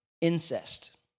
incest